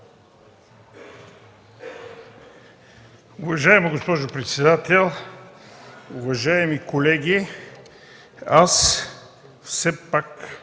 Уважаема госпожо председател, уважаеми колеги! Аз не можах